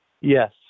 Yes